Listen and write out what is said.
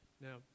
Now